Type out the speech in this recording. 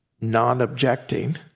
non-objecting